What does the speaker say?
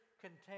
contain